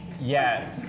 Yes